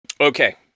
Okay